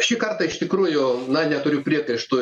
šį kartą iš tikrųjų na neturiu priekaištų